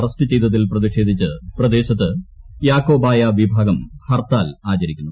arrest ചെയ്തതിൽ പ്രതിഷേധിച്ച് പ്രദേശത്ത് യാക്കോബായ വിഭാഗം ഹർത്താൽ ആചരിക്കുന്നു